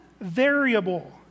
variable